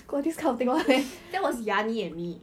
that was yannie and me